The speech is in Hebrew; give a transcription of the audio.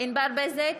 ענבר בזק,